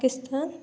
Pakistan